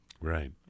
Right